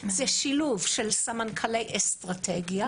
זה שילוב של סמנכ"לי אסטרטגיה,